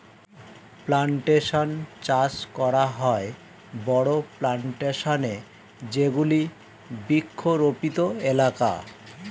plantation চাষ করা হয় বড়ো প্লানটেশন এ যেগুলি বৃক্ষরোপিত এলাকা